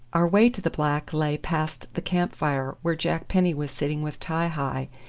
our way to the black lay past the camp fire, where jack penny was sitting with ti-hi,